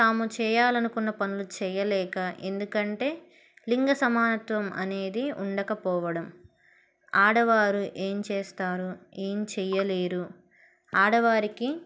తాము చేయాలనుకున్న పనులు చేయలేక ఎందుకంటే లింగ సమానత్వం అనేది ఉండకపోవడం ఆడవారు ఏం చేస్తారు ఏం చెయ్యలేరు ఆడవారికి